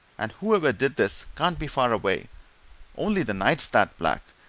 and whoever did this can't be far away only the night's that black,